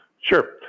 Sure